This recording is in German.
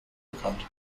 bekannt